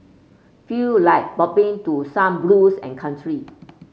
feel like bopping to some blues and country